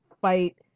fight